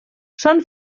són